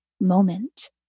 moment